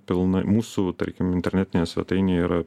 pilnai mūsų tarkim internetinėje svetainėje yra